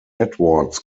edwards